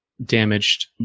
Damaged